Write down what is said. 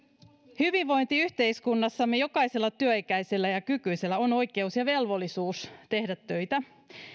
hyvinvointiyhteiskunnassamme jokaisella työikäisellä ja kykyisellä on oikeus ja velvollisuus tehdä töitä